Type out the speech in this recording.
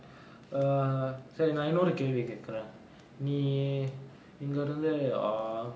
err சரி நா இன்னொரு கேள்வி கேக்குற நீ இங்கிருந்து:sari naa innoru kelvi kekkura nee ingirunthu